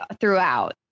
throughout